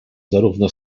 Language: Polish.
zarówno